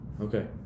okay